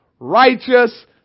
Righteous